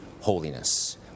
holiness